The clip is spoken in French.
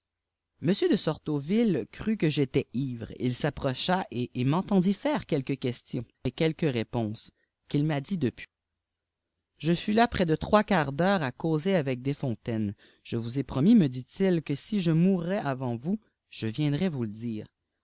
m de sortoville crut que j'étaiç ivre il s approcha et m'entehdit faire quelques questions et quelques réponses qu'il m'a dit depuis je fus là près dé trois quart d'heure à causer avec desfontaines je vous ai promis me dit-il que si je mourais avant vous je viendrais vous le dire